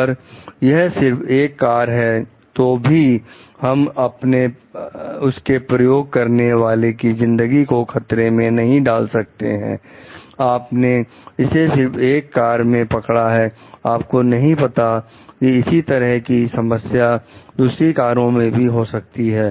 अगर यह सिर्फ एक कार है तो भी हम उसके प्रयोग करने वाले की जिंदगी को खतरे में नहीं डाल सकते हैं आपने इसे सिर्फ एक कार में पकड़ा है आपको नहीं पता कि इसी तरह की समस्या दूसरी कारों में भी हो सकती है